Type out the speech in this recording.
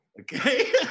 Okay